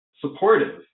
supportive